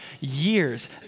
years